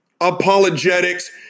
apologetics